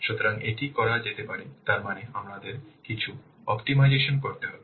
সুতরাং এটি করা যেতে পারে তার মানে আমাদের কিছু অপ্টিমাইজেশন করতে হবে